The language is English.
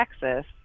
Texas